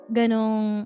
ganong